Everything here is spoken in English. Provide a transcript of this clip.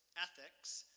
ethics,